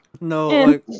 No